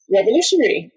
revolutionary